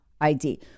ID